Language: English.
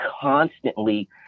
constantly